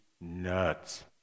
nuts